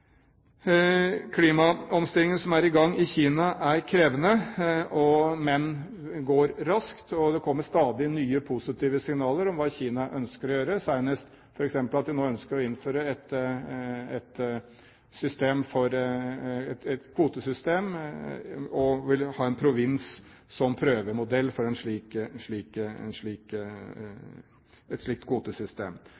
Kina, er krevende, men går raskt. Det kommer stadig nye positive signaler om hva Kina ønsker å gjøre – senest at de nå ønsker å innføre et kvotesystem, og de vil ha en provins som prøvemodell for et slikt kvotesystem. Det er også interessant at Kina så sterkt inviterer Norge som